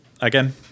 again